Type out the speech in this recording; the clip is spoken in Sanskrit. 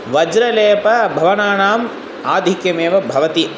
वज्रलेपभवनानाम् आधिक्यमेव भवति